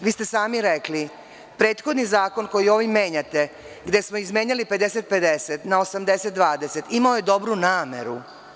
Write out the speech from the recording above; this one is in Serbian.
Sami ste rekli, prethodni zakon koji ovim menjate, gde smo izmenjali 50-50 na 80-20, imao je dobru nameru.